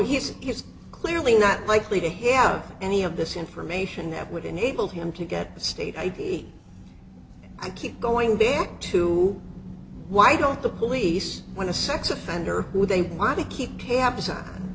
he's he's clearly not likely to have any of this information that would enable him to get a state id i keep going back to why don't the police when a sex offender who they want to keep tabs on